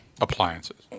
appliances